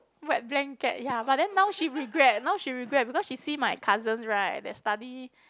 wet blanket ya but then now she regret now she regret because she see my cousins right their study